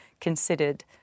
considered